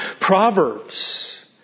Proverbs